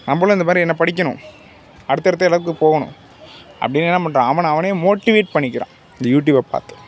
நம்மளும் அந்த மாதிரி என்ன படிக்கணும் அடுத்த அடுத்த அளவுக்குப் போகணும் அப்படியே என்ன பண்ணுறான் அவனை அவனே மேட்டிவேட் பண்ணிக்கிறான் இந்த யூடுப்பை பார்த்து